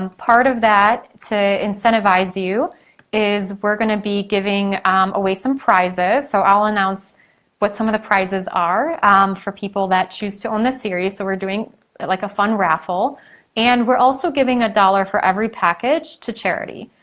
um part of that to incentivize you is we're gonna be giving away some prizes. so i'll announce what some of the prizes are for people that choose to own the series. so we're doing like a fun raffle and we're also giving a dollar for every package to charity.